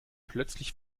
plötzlich